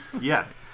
yes